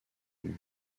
vue